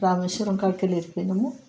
రామేశ్వరం కాడికి వెళ్ళి ఎటు పోయినాము